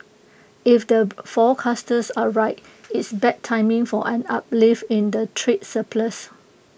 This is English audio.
if the forecasters are right it's bad timing for an uplift in the trade surplus